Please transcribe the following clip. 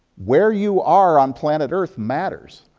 where you are on planet earth, matters.